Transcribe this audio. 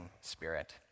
Spirit